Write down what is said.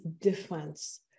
difference